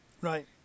Right